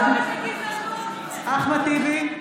בעד אחמד טיבי,